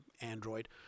Android